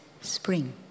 spring